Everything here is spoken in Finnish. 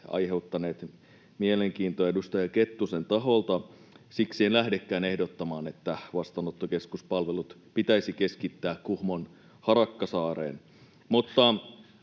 aiheuttaneet mielenkiintoa edustaja Kettusen taholta. Siksi en lähdekään ehdottamaan, että vastaanottokeskuspalvelut pitäisi keskittää Kuhmon Harakkasaareen.